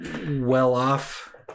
well-off